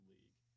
League